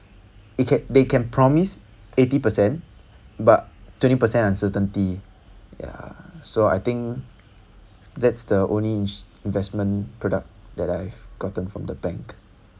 it can they can promise eighty percent but twenty percent uncertainty ya so I think that's the only insu~ investment product that I've gotten from the bank